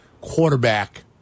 quarterback